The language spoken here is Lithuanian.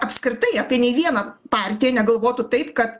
apskritai apie nei vieną partiją negalvotų taip kad